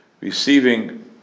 Receiving